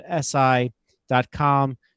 SI.com